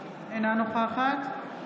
אינה נוכחת ג'ידא